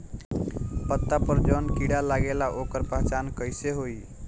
पत्ता पर जौन कीड़ा लागेला ओकर पहचान कैसे होई?